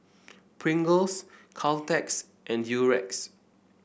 Pringles Caltex and Durex